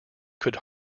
could